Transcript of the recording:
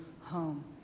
home